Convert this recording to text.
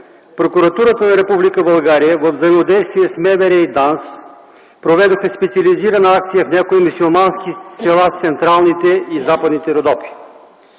прокуратурата на Република България във взаимодействие с МВР и ДАНС проведоха специализирана акция в някои мюсюлмански села в Централните и Западните Родопи.